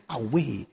away